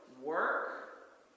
work